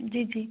जी जी